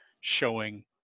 showing